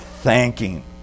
thanking